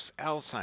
Alzheimer's